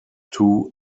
two